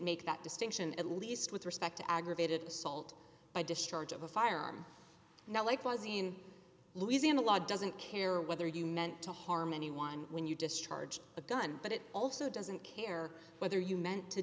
make that distinction at least with respect to aggravated assault by discharge of a firearm now likewise in louisiana law doesn't care whether you meant to harm anyone when you discharge a gun but it also doesn't care whether you meant to